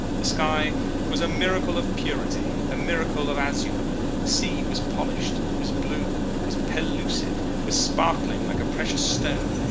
the sky was a miracle of purity, a miracle of azure. the sea was polished, was blue, was pellucid, was sparkling like a precious stone,